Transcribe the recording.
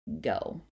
go